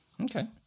Okay